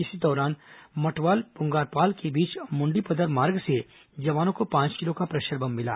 इसी दौरान मटवाल प्रंगारपाल के बीच मुंडीपदर मार्ग से जवानों को पांच किलो का प्रेशर बम मिला